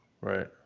right